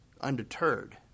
undeterred